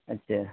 اَچَّھا